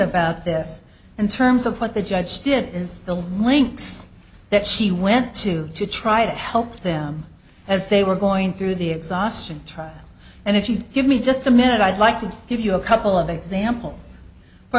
about this in terms of what the judge did is the links that she went to to try to help them as they were going through the exhaustion trial and if you give me just a minute i'd like to give you a couple of examples for